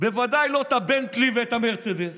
בוודאי לא את הבנטלי ואת המרצדס.